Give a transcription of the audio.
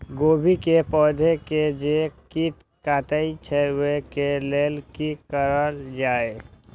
गोभी के पौधा के जे कीट कटे छे वे के लेल की करल जाय?